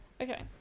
okay